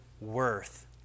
worth